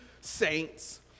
saints